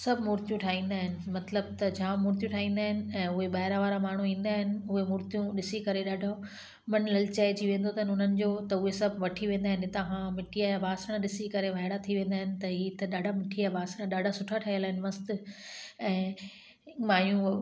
सभु मुर्तियूं ठाहींदा आहिनि मतिलब त जाम मुर्तियूं ठाहींदा आहिनि ऐं उहे ॿाहिरां वारा माण्हू ईंदा आहिनि उहे मुर्तियूं ॾिसी करे ॾाढो मन ललचाइजी वेंदो अथन उन्हनि जो सभु वठी वेंदा आहिनि हितां खां मिट्टीअ जा बासण ॾिसी करे वायड़ा थी वेंदा आहिनि त ई त ॾाढा मिट्टीअ जा बासण ॾाढा सुठा ठहियल आहिनि ॾाढा मस्तु ऐं माइयूं